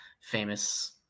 famous